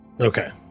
okay